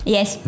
Yes